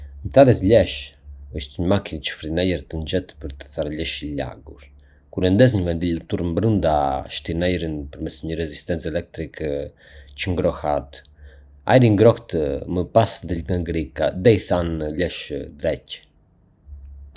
Një tharëse lesh është një makinë që fryn ajër të nxehtë për të tharë lesht e lagur. Kur e ndez, një ventilator brenda shtyn ajrin përmes një rezistence elektrike që e ngroh atë. Ajri i ngrohtë më pas del nga gryka dhe i than lesh drekj.